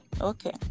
Okay